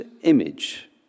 image